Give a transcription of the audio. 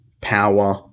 power